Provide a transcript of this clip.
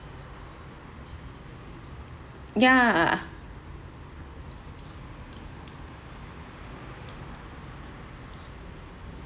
yeah